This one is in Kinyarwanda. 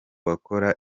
bakora